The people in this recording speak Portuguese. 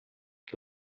que